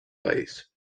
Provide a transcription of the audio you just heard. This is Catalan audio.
país